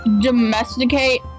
Domesticate